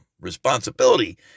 responsibility